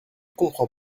comprend